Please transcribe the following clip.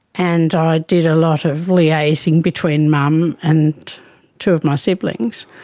and i did a lot of liaising between mum and two of my siblings.